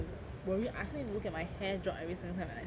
worry I also need to look at my hair drop every single time I study